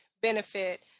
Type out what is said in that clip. benefit